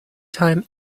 time